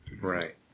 Right